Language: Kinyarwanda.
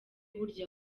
burya